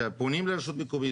שפונים לרשות מקומית,